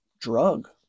drug